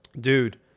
Dude